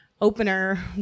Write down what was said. opener